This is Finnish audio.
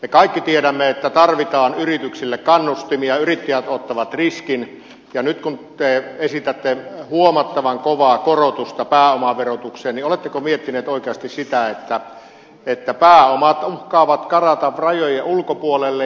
me kaikki tiedämme että tarvitaan yrityksille kannustimia yrittäjät ottavat riskin ja nyt kun te esitätte huomattavan kovaa korotusta pääomaverotukseen niin oletteko miettineet oikeasti sitä että pääomat uhkaavat karata rajojen ulkopuolelle